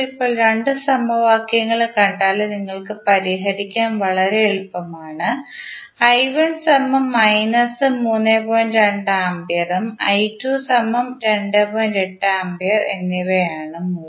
ഇപ്പോൾ ഈ രണ്ട് സമവാക്യങ്ങളും കണ്ടാൽ നിങ്ങൾക്ക് പരിഹരിക്കാൻ വളരെ എളുപ്പമാണ്A A എന്നിവ ആണ് മൂല്യം